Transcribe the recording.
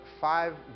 five